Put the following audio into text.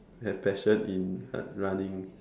have passion in running